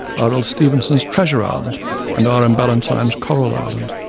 r l stevenson's treasure island and r. m. ballantyne's coral island.